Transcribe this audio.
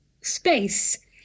space